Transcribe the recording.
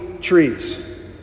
trees